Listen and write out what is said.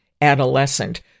adolescent